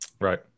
Right